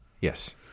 Yes